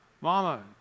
mama